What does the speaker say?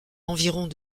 environs